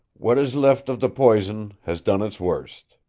what is left of the poison has done its worst.